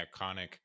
iconic